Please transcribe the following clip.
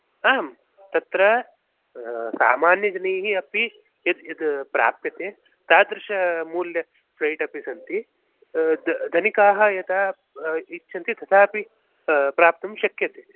आम् तत्र सामान्यजनैः अपि यत् यत् प्राप्यते तादृशमूल्य फ्लैट् अपि सन्ति धनिकाः यथा इच्छन्ति तथापि प्राप्तुं शक्यते